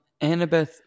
Annabeth